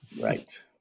Right